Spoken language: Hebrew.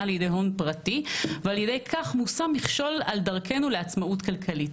לידי הון פרטי ועל ידי כך מושם מכשול על דרכנו לעצמאות כלכלית.